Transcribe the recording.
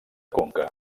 conca